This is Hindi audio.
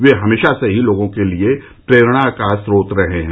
वे हमेशा से ही लोगों के लिए प्रेरणा का स्रोत रहे हैं